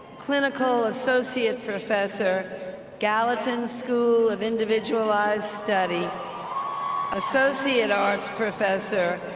clinical associate professor gallatin school of individualized study associate arts professor,